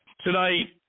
Tonight